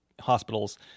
hospitals